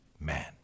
man